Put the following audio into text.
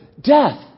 death